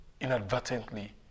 inadvertently